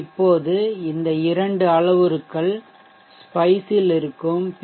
இப்போது இந்த இரண்டு அளவுருக்கள் ஸ்பைஷ் இல் இருக்கும் பி